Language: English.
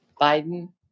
Biden